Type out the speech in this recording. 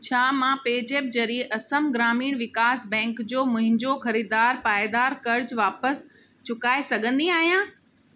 छा मां पे जेप्प ज़रिए असम ग्रामीण विकास बैंक जो मुंहिंजो ख़रीदारु पाइदारु क़र्ज़ु वापसि चुकाए सघंदी आहियां